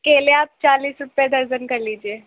کیلے آپ چالیس روپیے درجن کر لیجیے